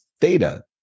theta